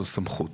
זו סמכות.